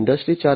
industry 4